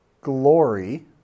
glory